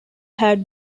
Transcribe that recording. had